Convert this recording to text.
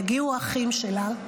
יגיעו האחים שלה,